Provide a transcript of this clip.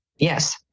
yes